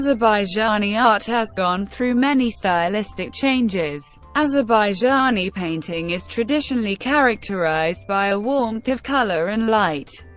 azerbaijani art has gone through many stylistic changes. azerbaijani painting is traditionally characterized by a warmth of colour and light,